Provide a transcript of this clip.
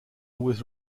was